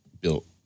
built